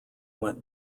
went